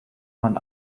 man